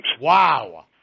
Wow